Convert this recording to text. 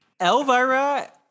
Elvira